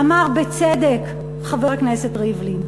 אמר בצדק חבר הכנסת ריבלין: